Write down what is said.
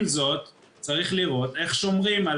עם זאת, צריך לראות איך שומרים על